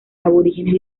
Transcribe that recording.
aborígenes